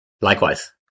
Likewise